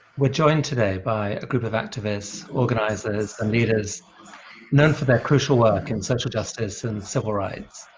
we're joined today by a group of activists, organizers and leaders known for their crucial work in social justice and civil rights.